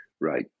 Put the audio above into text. Right